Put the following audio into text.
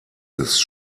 ist